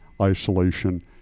isolation